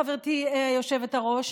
חברתי היושבת-ראש,